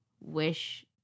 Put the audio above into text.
wish